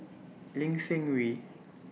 Lin Seng Wee